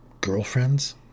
Girlfriends